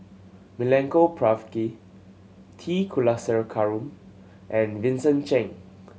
Milenko Prvacki T Kulasekaram and Vincent Cheng